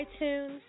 iTunes